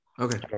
Okay